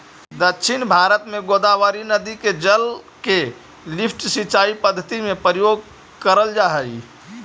दक्षिण भारत में गोदावरी नदी के जल के लिफ्ट सिंचाई पद्धति में प्रयोग करल जाऽ हई